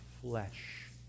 flesh